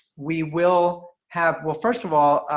we will have well, first of all,